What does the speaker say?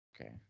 Okay